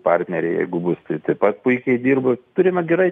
partneriai jeigu bus tai taip pat puikiai dirba turime gerai